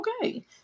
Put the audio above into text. okay